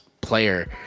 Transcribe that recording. player